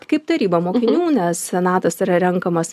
kaip taryba mokinių nes senatas tai yra renkamas